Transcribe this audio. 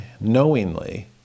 knowingly